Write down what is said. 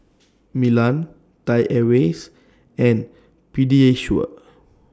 Milan Thai Airways and Pediasure